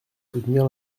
soutenir